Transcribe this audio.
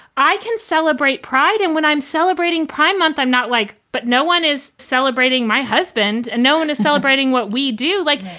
i can celebrate pride. and when i'm celebrating pride month, i'm not like but no one is celebrating my husband and no one is celebrating what we do like.